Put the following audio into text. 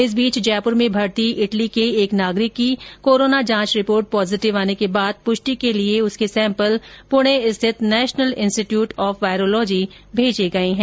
इस बीच जयपुर में भर्ती इटली के एक नागरिक की कोरोना जांच रिपोर्ट पोजेटिव आने के बाद पुष्टी के लिए उसके सैम्पल पुणे स्थित नेशनल इंस्टीट्यूट ऑफ वायरोलॉजी भेजे गए है